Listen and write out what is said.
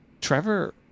Trevor